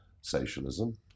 socialism